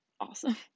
awesome